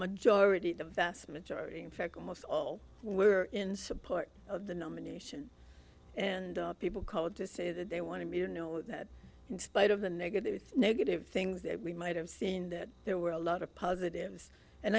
majority the vast majority in fact almost all were in support of the nomination and people called to say that they want to be you know that in spite of the negative it's negative things that we might have seen that there were a lot of positives and